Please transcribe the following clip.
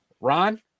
Ron